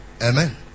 Amen